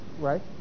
right